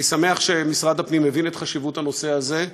אני שמח שמשרד הפנים הבין את חשיבות הנושא הזה.